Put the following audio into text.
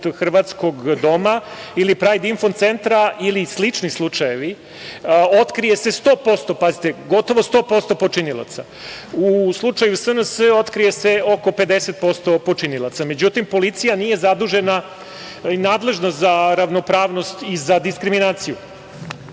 hrvatskog doma ili Prajd info centra ili slični slučajevi, otkrije se gotovo 100% počinilaca u slučaju SNS otkrije se oko 50% počinilaca. Međutim, policija nije nadležna za ravnopravnost i za diskriminaciju. Izneću